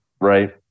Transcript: right